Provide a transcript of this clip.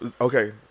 okay